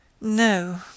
No